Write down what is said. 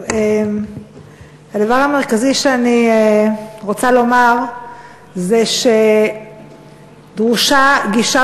הדבר המרכזי שאני רוצה לומר זה שדרושה גישה